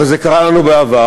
הרי זה קרה לנו בעבר,